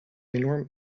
enorm